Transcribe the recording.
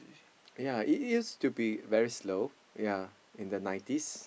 ya its used to be very slow in the nineties